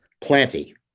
Plenty